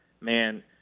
man